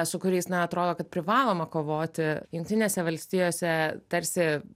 su kuriais na atrodo kad privaloma kovoti jungtinėse valstijose tarsi